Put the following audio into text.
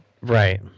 Right